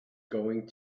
going